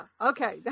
Okay